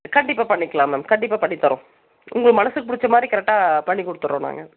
கண்டிப்பாக பண்ணிக்கலாம் மேம் கண்டிப்பாக பண்ணித்தரோம் உங்கள் மனசுக்கு பிடிச்ச மாதிரி கரெக்ட்டாக பண்ணிக் கொடுத்துறோம் நாங்கள்